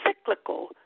cyclical